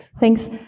Thanks